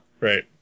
Right